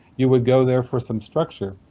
you would go there for some structure,